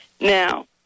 Now